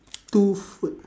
two food